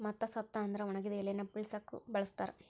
ಮತ್ತ ಸತ್ತ ಅಂದ್ರ ಒಣಗಿದ ಎಲಿನ ಬಿಳಸಾಕು ಬಳಸ್ತಾರ